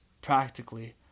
practically